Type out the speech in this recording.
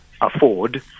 afford